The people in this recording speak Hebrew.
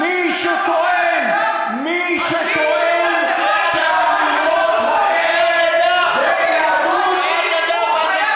מי שטוען, מישהו פעם טען, מה זה קשור?